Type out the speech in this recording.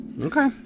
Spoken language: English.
Okay